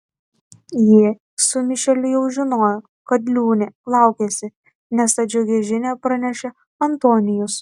jie su mišeliu jau žinojo kad liūnė laukiasi nes tą džiugią žinią pranešė antonijus